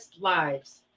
lives